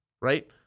Right